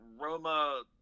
Roma